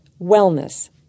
Wellness